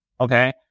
okay